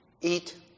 eat